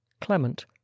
Clement